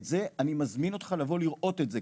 את זה אני מזמין אותך לבוא לראות את זה,